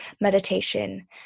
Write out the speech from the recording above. meditation